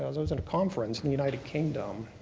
i was i was at a conference in the united kingdom